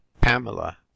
pamela